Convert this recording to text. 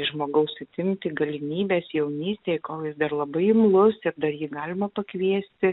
iš žmogaus atimti galimybes jaunystėj kol jis dar labai imlus ir dar jį galima pakviesti